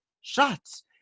Shots